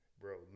bro